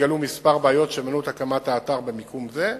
התגלו כמה בעיות שמנעו את הקמת האתר במקום זה.